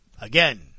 Again